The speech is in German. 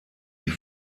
die